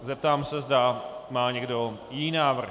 Zeptám se, zda má někdo jiný návrh.